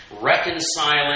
reconciling